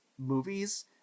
movies